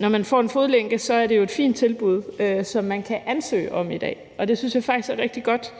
når man får en fodlænke, er det jo et fint tilbud, som man kan ansøge om i dag. Det synes jeg faktisk er rigtig godt.